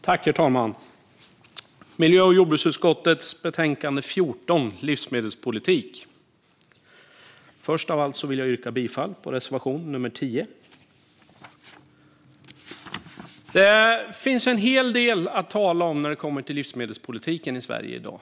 Herr talman! Vi ska nu debattera miljö och jordbruksutskottets betänkande 14 Livsmedel s politik . Först av allt vill jag yrka bifall till reservation nummer 10. Det finns en hel del att tala om när det kommer till livsmedelspolitiken i Sverige i dag.